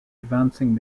advancing